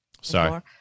sorry